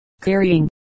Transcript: carrying